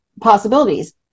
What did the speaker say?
possibilities